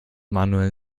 manuel